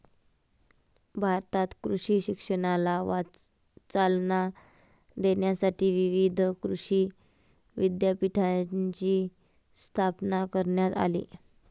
भारतात कृषी शिक्षणाला चालना देण्यासाठी विविध कृषी विद्यापीठांची स्थापना करण्यात आली